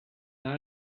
not